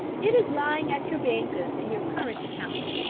it is lying at your bankers in your current account.